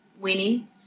winning